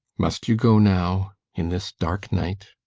must you go now in this dark night?